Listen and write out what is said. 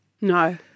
No